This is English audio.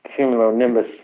cumulonimbus